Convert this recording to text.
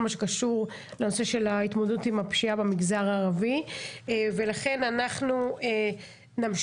מה שקשור לנושא של ההתמודדות עם הפשיעה במגזר הערבי ולכן אנחנו נמשיך.